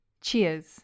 Cheers